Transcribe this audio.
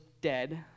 dead